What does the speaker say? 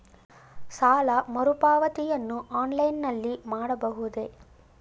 ಸಾಲ ಮರುಪಾವತಿಯನ್ನು ಆನ್ಲೈನ್ ನಲ್ಲಿ ಮಾಡಬಹುದೇ?